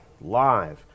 live